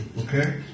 Okay